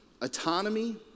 autonomy